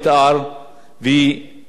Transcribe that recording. עכשיו